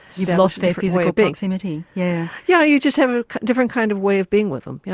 you've lost their physical proximity. yeah, yeah you just have a different kind of way of being with them. yeah